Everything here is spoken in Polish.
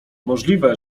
możliwe